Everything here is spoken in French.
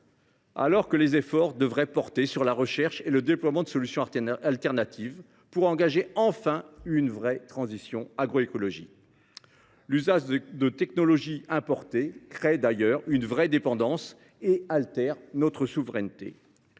alors que les efforts devraient porter sur la recherche et le déploiement de solutions alternatives, pour engager enfin une véritable transition agroécologique. L’usage de technologies importées crée d’ailleurs une réelle dépendance et obère notre souveraineté.